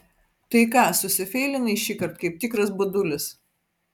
tai ką susifeilinai šįkart kaip tikras budulis